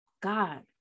god